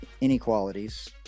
inequalities